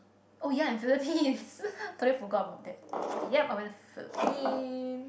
oh ya and Philippines totally forgot about that but yup I went to Phillipines